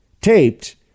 taped